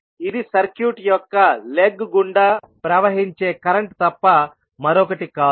ఇది సర్క్యూట్ యొక్క లెగ్ గుండా ప్రవహించే కరెంట్ తప్ప మరొకటి కాదు